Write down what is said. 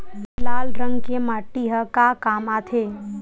लाल रंग के माटी ह का काम आथे?